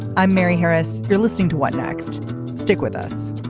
i'm mary harris. you're listening to what next stick with us